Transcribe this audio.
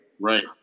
Right